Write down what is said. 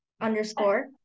underscore